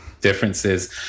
differences